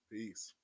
Peace